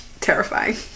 terrifying